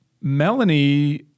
Melanie